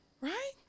Right